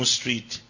Street